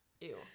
Ew